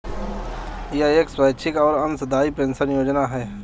यह एक स्वैच्छिक और अंशदायी पेंशन योजना है